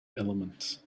elements